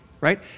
right